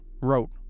wrote